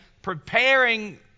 preparing